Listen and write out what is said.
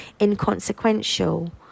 inconsequential